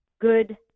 good